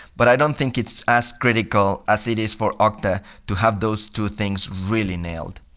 but i don't think it's as critical as it is for okta to have those two things really nailed.